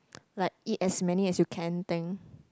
like eat as many as you can thing